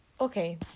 okay